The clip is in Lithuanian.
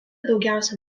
daugiausia